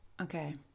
Okay